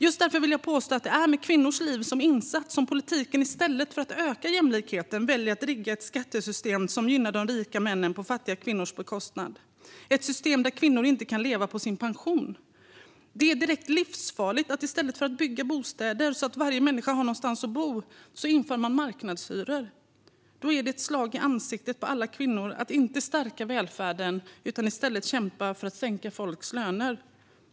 Just därför vill jag påstå att det är med kvinnors liv som insats som politiken i stället för att öka jämlikheten väljer att rigga ett skattesystem som gynnar de rika männen på fattiga kvinnors bekostnad, ett system där kvinnor inte kan leva på sin pension. Det är direkt livsfarligt att i stället för att bygga bostäder, så att varje människa har någonstans att bo, inför man marknadshyror. Då är det ett slag i ansiktet på alla kvinnor att inte stärka välfärden utan i stället kämpa för att sänka folks löner.